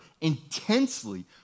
intensely